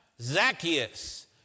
Zacchaeus